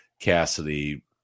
Cassidy